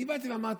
אני באתי ואמרתי: